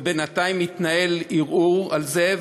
ובינתיים מתנהל ערעור על זה.